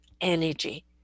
energy